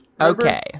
Okay